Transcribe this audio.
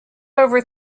over